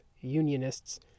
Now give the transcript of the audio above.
Unionists